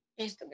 Instagram